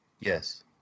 Yes